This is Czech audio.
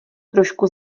trošku